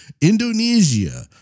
Indonesia